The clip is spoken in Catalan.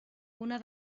una